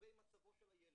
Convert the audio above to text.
לגבי מצבו של הילד.